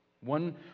One